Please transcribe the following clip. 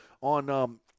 on